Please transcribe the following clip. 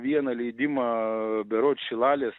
vieną leidimą berods šilalės